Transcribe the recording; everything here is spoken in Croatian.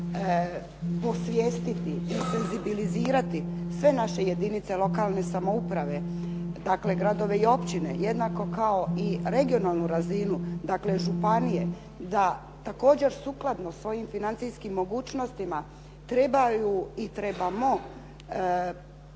osvijestiti i senzibilizirati sve naše jedinice lokalne samouprave, dakle gradove i općine jednako kao i regionalnu razinu, dakle županije da također sukladno svojim financijskim mogućnostima trebaju i trebamo na različite